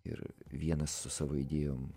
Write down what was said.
ir vienas su savo idėjom